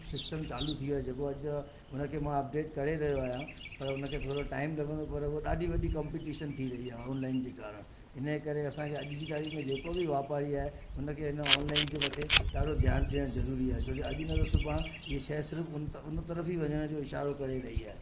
system चालू थी वियो आहे जेको अॼु उन खे मां अपडेट करे रहियो आहियां पर उन खे थोरो टाइम लॻंदो पर उहो ॾाढी वॾी कम्पटीशन थी रही आहे ऑनलाइन जे कारणु हिन जे करे असांखे अॼु जी तारीख़ में जेको बि वापारी आहे उन खे इन ऑनलाइन जे हुते ॾाढो ध्यानु ॾियणु ज़रूरी आहे छोजो अॼु न त सुबुहु इहे शइ सिर्फ़ उन त उन तरफ़ ई वञण जो इशारो करे रही आहे